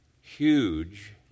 huge